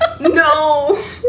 No